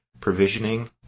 provisioning